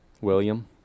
William